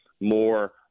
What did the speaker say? more